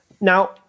now